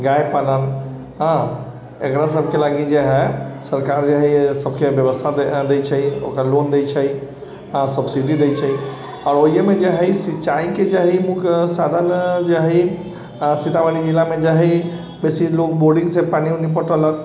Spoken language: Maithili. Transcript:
गाइ पालन हँ एकरा सबके लागी जे हइ सरकार जे हइ सबके बेबस्था दै छै ओकर लोन दै छै आओर सब्सिडी दै छै आओर एहिमे जे हइ सिँचाइके जे हइ ओहिके मुख्य साधन जे हइ सीतामढ़ी जिलामे जे हइ बेसी लोक बोरिङ्गसँ पानि वानि पटेलक